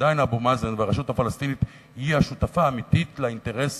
ועדיין אבו מאזן והרשות הפלסטינית הם השותפים האמיתיים לאינטרס